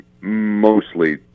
mostly